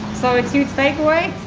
so it suits take away.